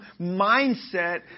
mindset